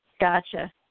Gotcha